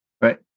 Right